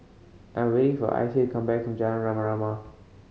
I'm waiting for Icy to come back from Jalan Rama Rama